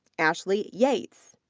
ashley yates.